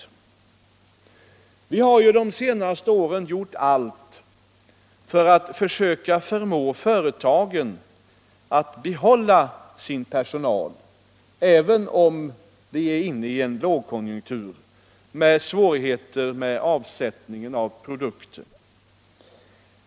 Vi har ju de senaste åren gjort allt för att söka förmå företagen att behålla sin personal, även om vi är inne i en lågkonjunktur och har svårigheter med avsättningen av produkterna.